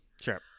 Sure